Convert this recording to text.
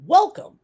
Welcome